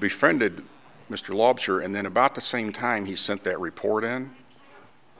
befriended mr lobster and then about the same time he sent that report in